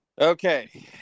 Okay